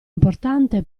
importante